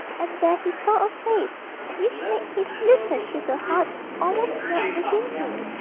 and there he saw a face which made his little sugar heart almost melt within him,